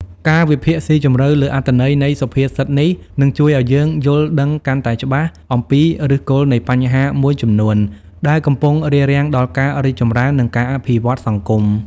ការវិភាគស៊ីជម្រៅលើអត្ថន័យនៃសុភាសិតនេះ នឹងជួយឲ្យយើងយល់ដឹងកាន់តែច្បាស់អំពីឫសគល់នៃបញ្ហាមួយចំនួន ដែលកំពុងរារាំងដល់ការរីកចម្រើន និងការអភិវឌ្ឍសង្គម។